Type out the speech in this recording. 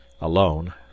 ALONE